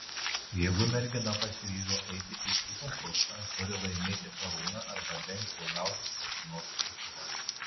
jeigu mergina pasiryžo eiti į šį konkursą turi laimėti karūną arba bent jau gauti kokį nors titulą